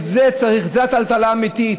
זו הטלטלה האמיתית,